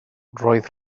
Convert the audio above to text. roedd